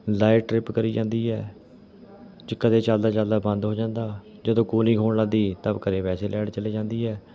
light trip ਕਰੀ ਜਾਂਦੀ ਹੈ ਕਦੇ ਚਲਦਾ ਚਲਦਾ ਬੰਦ ਹੋ ਜਾਂਦਾ ਜਦੋਂ ਕੂਲਿੰਗ ਹੋਣ ਲੱਗਦੀ ਤਾਂ ਘਰੇ ਵੈਸੇ ਲਾਈਟ ਚਲੀ ਜਾਂਦੀ ਹੈ